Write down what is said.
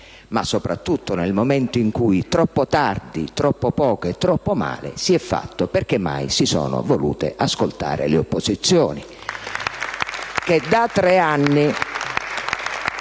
ma soprattutto nel momento in cui il troppo tardi, troppo poco e troppo male si è fatto perché mai si sono volute ascoltare le opposizioni